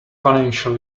financial